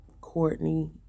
courtney